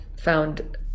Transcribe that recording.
found